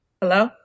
Hello